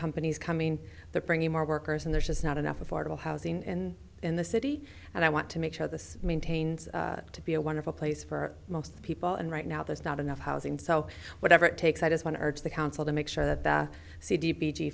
companies coming the bring in more workers and there's just not enough affordable housing in in the city and i want to make sure this maintains to be a wonderful place for most people and right now there's not enough housing so whatever it takes i just want to urge the council to make sure that the c d p g